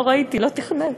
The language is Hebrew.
לא ראיתי, לא תכננתי.